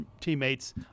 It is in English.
teammates